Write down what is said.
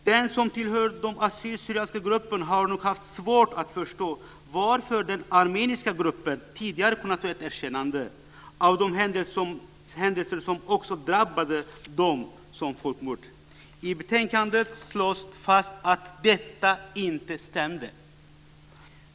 Den som tillhör den assyrisk/syrianska gruppen har nog haft svårt att förstå varför den armeniska gruppen tidigare kunnat få ett erkännande av de händelser som också drabbade dem som folkmord. I betänkandet slås fast att detta inte stämde.